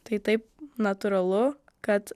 tai taip natūralu kad